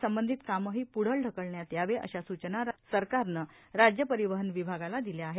संबंधित कामही पुढं ढकलण्यात यावे अशा सूचना सरकारनं राज्य परिवहन विभागाला दिल्या आहेत